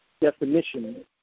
definition